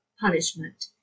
punishment